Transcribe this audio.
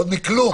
עוד מכלום.